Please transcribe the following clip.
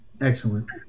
Excellent